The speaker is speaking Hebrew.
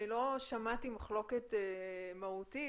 אני לא שמעתי מחלוקת מהותית.